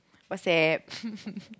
WhatsApp